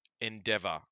endeavor